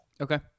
Okay